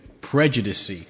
Prejudice